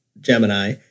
Gemini